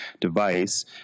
device